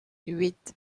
huit